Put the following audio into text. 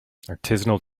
artisanal